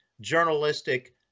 journalistic